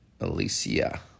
Alicia